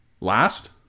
Last